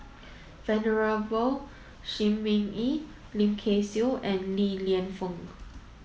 Venerable Shi Ming Yi Lim Kay Siu and Li Lienfung